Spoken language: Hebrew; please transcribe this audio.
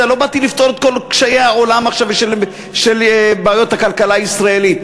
לא באתי לפתור עכשיו את כל קשיי העולם של בעיות הכלכלה הישראלית,